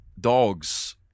dogs